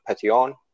Petion